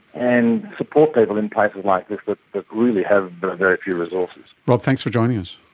and support people in places like this that really have but very few resources. rob, thanks for joining us.